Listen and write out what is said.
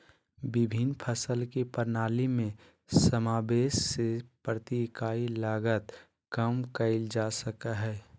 विभिन्न फसल के प्रणाली में समावेष से प्रति इकाई लागत कम कइल जा सकय हइ